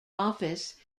office